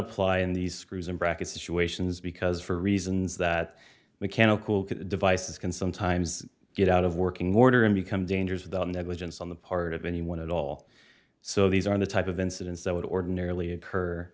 apply in these screws and bracket situations because for reasons that mechanical devices can sometimes get out of working order and become dangerous without negligence on the part of anyone at all so these are the type of incidents that would ordinarily